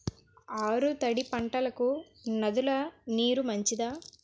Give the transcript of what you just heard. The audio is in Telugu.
ఆరు తడి పంటలకు నదుల నీరు మంచిదా?